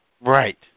Right